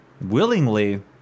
willingly